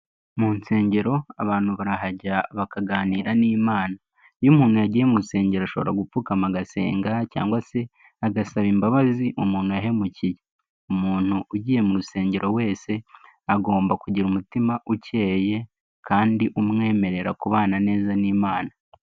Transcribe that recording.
Mu nsengero abantu barahajya bakaganira n'Imana. Iyo umuntu yagiye mu rusengero ashobora gupfukama agasenga cyangwa se agasaba imbabazi umuntu yahemukiye. Umuntu ugiye mu rusengero wese agomba kugira umutima ukeye kandi umwemerera kubana neza n'Imana.